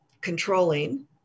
controlling